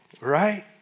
Right